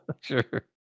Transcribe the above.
sure